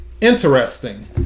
Interesting